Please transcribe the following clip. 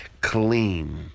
clean